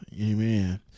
Amen